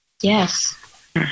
Yes